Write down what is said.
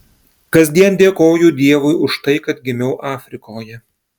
kasdien dėkoju dievui už tai kad gimiau afrikoje